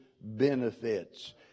benefits